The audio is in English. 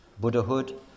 Buddhahood